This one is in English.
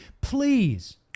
Please